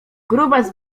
grubas